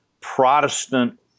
Protestant